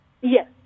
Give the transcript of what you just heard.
Yes